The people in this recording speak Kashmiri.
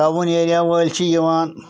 ٹاوُن ایریا وٲلۍ چھِ یِوان